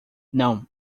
não